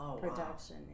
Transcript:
production